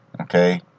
Okay